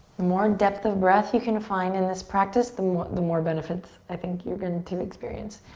more depth of breath you can find in this practice, the more the more benefits i think you're going to experience.